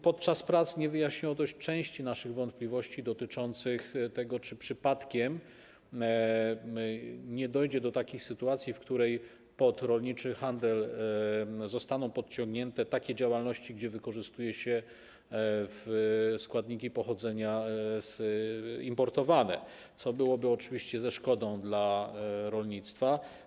Podczas prac nie wyjaśniono też części naszych wątpliwości dotyczących tego, czy przypadkiem nie dojdzie do takiej sytuacji, w której pod rolniczy handel zostaną podciągnięte takie działalności, gdzie wykorzystuje się składniki importowane, co byłoby oczywiście ze szkodą dla rolnictwa.